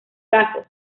casos